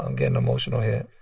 um getting emotional here.